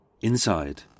Inside